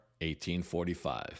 1845